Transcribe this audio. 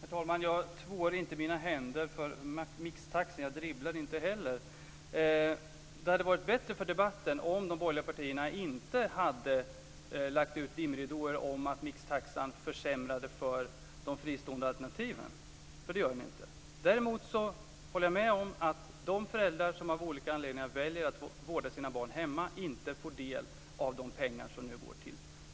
Herr talman! Jag tvår inte mina händer för mixtaxan, och jag dribblar inte heller. Det hade varit bättre för debatten om de borgerliga partierna inte hade lagt ut dimridåer om att mixtaxan försämrar för de fristående alternativen, för det gör den inte. Däremot håller jag med om att de föräldrar som av olika anledningar väljer att vårda sina barn hemma inte får del av de pengar som nu går